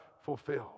fulfilled